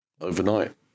overnight